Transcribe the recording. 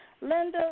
Linda